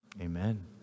Amen